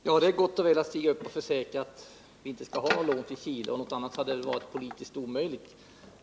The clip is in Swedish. Herr talman! Ja, det är gott och väl att det nu försäkras att vi inte skall rösta för något lån till Chile — något annat hade väl varit politiskt omöjligt.